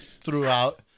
throughout